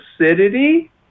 acidity